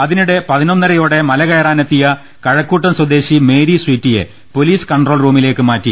അതിനിടെ പതിനൊന്ന രയോടെ മല കയറാനെത്തിയ കഴക്കൂട്ടം സ്വദേശി മേരി സ്വീറ്റിയെ പൊലീസ് കൺട്രോൾ റൂമിലേക്ക് മാറ്റി